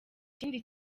kindi